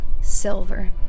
silver